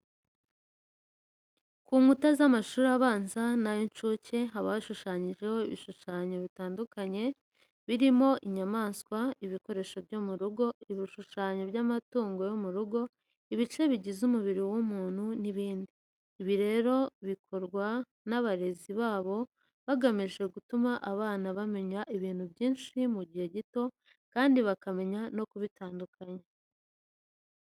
Ku nkuta z'amashuri abanza n'ay'incuke haba hashushanyijeho ibishushanyo bitandukanye birimo inyamaswa, ibikoresho byo mu rugo, ibishushanyo by'amatungo yo mu rugo, ibice bigize umubiri w'umuntu n'ibindi. Ibi rero bikorwa n'abarezi babo bagamije gutuma aba bana bamenya ibintu byinshi mu gihe gito kandi bakamenya no kubitandukanya.